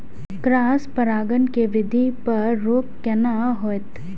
Cross परागण के वृद्धि पर रोक केना होयत?